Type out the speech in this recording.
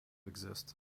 exist